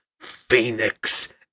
Phoenix